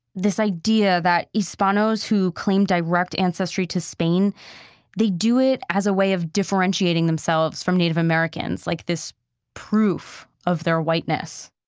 this idea that hispanos who claim direct ancestry to spain they do it as a way of differentiating themselves from native americans like this proof of their whiteness.